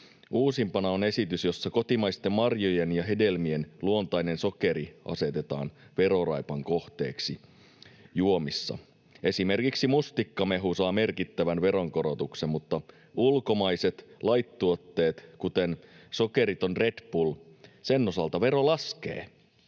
Uusimpana on esitys, jossa kotimaisten marjojen ja hedelmien luontainen sokeri asetetaan veroraipan kohteeksi juomissa. Esimerkiksi mustikkamehu saa merkittävän veronkorotuksen, mutta ulkomaisten light-tuotteiden, kuten sokerittoman Red Bullin, osalta vero laskee.